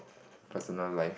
personal life